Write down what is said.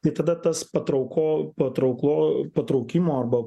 tai tada tas patrauko patrauklo patraukimo arba